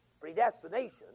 predestination